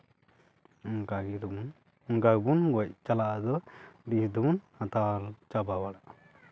ᱚᱱᱠᱟ ᱜᱮ ᱫᱚᱵᱚᱱ ᱚᱱᱠᱟ ᱜᱮᱵᱚᱱ ᱜᱚᱡ ᱪᱟᱞᱟᱜᱼᱟ ᱟᱫᱚ ᱡᱤᱣᱤ ᱛᱟᱵᱚᱱ ᱪᱟᱵᱟ ᱵᱟᱲᱟᱜᱼᱟ